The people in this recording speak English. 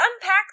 unpack